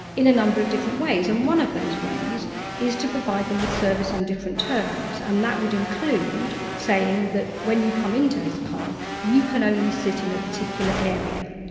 in a number of different ways. and one of those ways is to provide them with service on different terms and that would include saying that when you come into this pub you can only sit in a particular area.